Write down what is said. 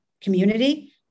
community